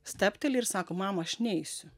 stabteli ir sako mama aš neisiu